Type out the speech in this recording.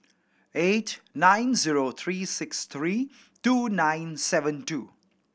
eight nine zero three six three two nine seven two